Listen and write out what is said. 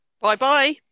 Bye-bye